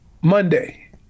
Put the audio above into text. Monday